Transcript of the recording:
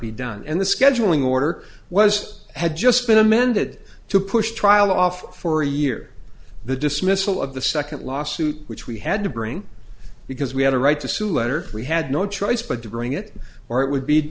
be done and the scheduling order was had just been amended to push trial off for a year the dismissal of the second lawsuit which we had to bring because we had a right to sue letter we had no choice but to bring it or it would be